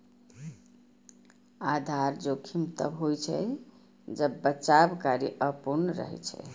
आधार जोखिम तब होइ छै, जब बचाव कार्य अपूर्ण रहै छै